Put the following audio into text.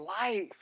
life